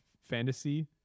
fantasy